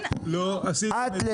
למה לא עשיתם את זה?